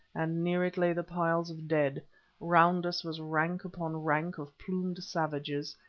and near it lay the piles of dead round us was rank upon rank of plumed savages,